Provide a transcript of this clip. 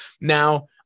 Now